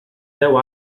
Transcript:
deu